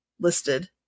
listed